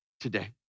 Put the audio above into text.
today